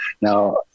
Now